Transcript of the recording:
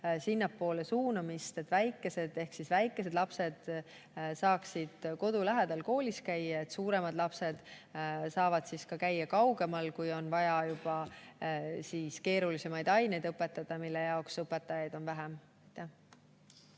sinnapoole suunamist, et väikesed lapsed saaksid kodu lähedal koolis käia. Suuremad lapsed saavad käia ka kaugemal, kui on vaja juba ka keerulisemaid aineid õpetada, mille jaoks õpetajaid on vähem.